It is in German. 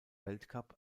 weltcup